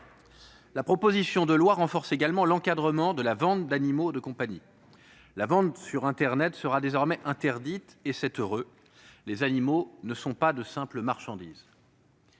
La proposition de loi renforce également l'encadrement de la vente d'animaux de compagnie. La vente sur internet sera désormais interdite, et c'est heureux : les animaux ne sont pas de simples marchandises.